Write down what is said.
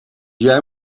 jij